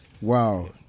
Wow